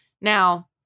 Now